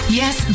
yes